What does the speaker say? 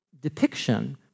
depiction